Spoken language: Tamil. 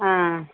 ஆ